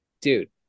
Dude